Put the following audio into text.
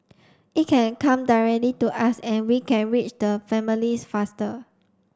it can come directly to us and we can reach the families faster